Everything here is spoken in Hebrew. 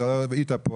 אתה לא היית פה,